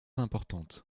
importante